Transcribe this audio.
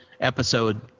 episode